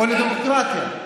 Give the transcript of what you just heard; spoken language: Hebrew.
או לדמוקרטיה.